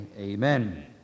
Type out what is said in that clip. Amen